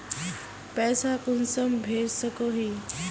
पैसा कुंसम भेज सकोही?